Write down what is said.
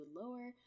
lower